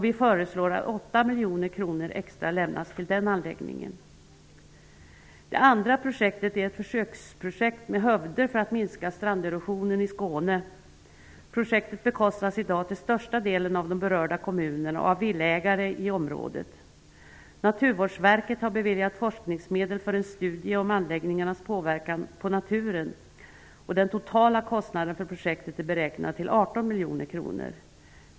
Vi föreslår att 8 miljoner extra lämnas till denna anläggning. Det andra projektet är ett försöksprojekt med hövder för att minska stranderosionen i Skåne. Projektet bekostas i dag till största delen av de berörda kommunerna och av villaägarna i området. Naturvårdsverket har beviljat forskningsmedel för en studie om anläggningarnas påverkan på naturen. Den totala kostnaden för projektet är beräknad till 18 miljoner kronor.